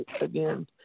again